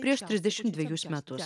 prieš trisdešimt dvejus metus